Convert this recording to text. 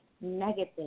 negative